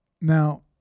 Now